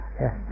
Yes